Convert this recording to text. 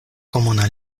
komuna